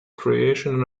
creation